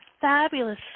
fabulous